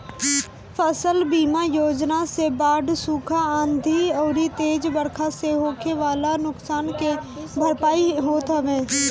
फसल बीमा योजना से बाढ़, सुखा, आंधी अउरी तेज बरखा से होखे वाला नुकसान के भरपाई होत हवे